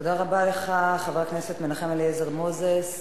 תודה רבה לך, חבר הכנסת מנחם אליעזר מוזס.